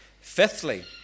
Fifthly